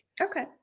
Okay